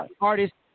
artists